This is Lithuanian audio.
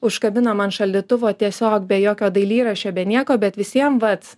užkabinom ant šaldytuvo tiesiog be jokio dailyraščio be nieko bet visiem vat